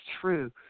true